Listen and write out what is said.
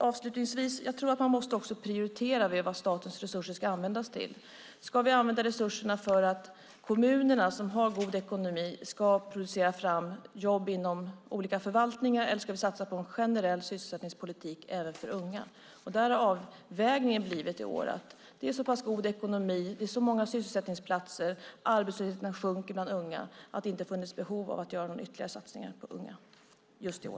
Avslutningsvis: Jag tror att man måste prioritera vad statens resurser ska användas till. Ska vi använda resurserna för att kommuner som har en god ekonomi ska producera fram jobb inom olika förvaltningar, eller ska vi satsa på en generell sysselsättningspolitik även för unga? I år när ekonomin är så pass god, när det finns så många sysselsättningsplatser och när arbetslösheten bland unga sjunker har avvägningen blivit att det inte finns behov av ytterligare satsningar på unga. Det gäller alltså just i år.